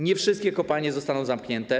Nie wszystkie kopalnie zostaną zamknięte.